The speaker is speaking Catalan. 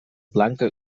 blanca